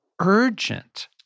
urgent